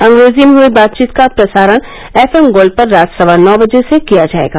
अंग्रेजी में हुई बातचीत का प्रसारण एफएम गोल्ड पर रात सवा नौ बजे से किया जाएगा